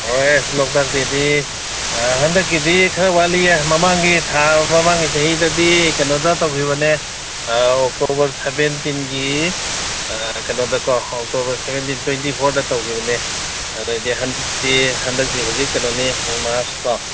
ꯍꯣꯏ ꯂꯣꯛꯇꯥꯛ ꯗꯦꯗꯤ ꯍꯟꯗꯛꯀꯤꯗꯤ ꯈꯔ ꯋꯥꯠꯂꯤꯌꯦ ꯃꯃꯥꯡꯒꯤ ꯊꯥ ꯃꯃꯥꯡꯒꯤ ꯆꯍꯤꯗꯗꯤ ꯀꯩꯅꯣꯗ ꯇꯧꯒꯤꯕꯅꯦ ꯑꯣꯛꯇꯣꯚꯔ ꯁꯕꯦꯟꯇꯤꯟꯒꯤ ꯀꯩꯅꯣꯗꯀꯣ ꯑꯣꯛꯇꯣꯚꯔ ꯁꯕꯦꯟꯇꯤꯟ ꯇ꯭ꯋꯦꯟꯇꯤ ꯐꯣꯔꯗ ꯇꯧꯒꯤꯕꯅꯦ ꯑꯗꯨꯗꯤ ꯍꯟꯗꯛꯇꯤ ꯍꯧꯖꯤꯛ ꯀꯩꯅꯣꯅꯤ ꯃꯥꯔꯁꯀꯣ